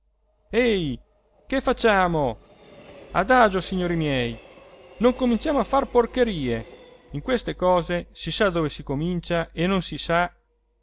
ehi che facciamo adagio signori miei non cominciamo a far porcherie in queste cose si sa dove si comincia e non si sa